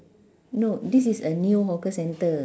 no this is a new hawker centre